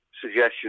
suggestions